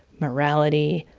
morality,